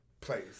Place